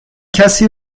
کسی